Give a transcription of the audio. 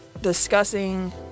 discussing